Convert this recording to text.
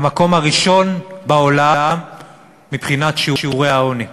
למקום הראשון בעולם מבחינת שיעורי העוני,